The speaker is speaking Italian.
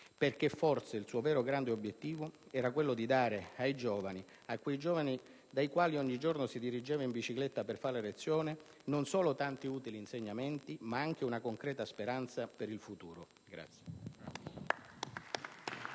Perché forse il suo vero grande obiettivo era quello di dare ai giovani, a quei giovani dai quali ogni giorno si dirigeva in bicicletta per fare lezione, non solo tanti utili insegnamenti, ma anche una concreta speranza per il futuro.